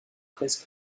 presque